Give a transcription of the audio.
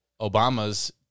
obama's